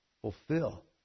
fulfill